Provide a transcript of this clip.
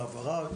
ההעברה.